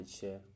share